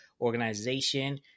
organization